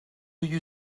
you